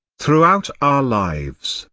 throughout our lives,